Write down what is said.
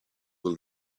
will